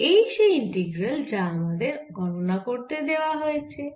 আর এটি সেই ইন্টিগ্রাল যা আমাদের গণনা করতে দেওয়া হয়েছে